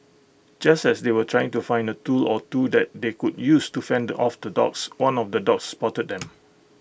just as they were trying to find A tool or two that they could use to fend off the dogs one of the dogs spotted them